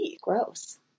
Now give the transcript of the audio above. gross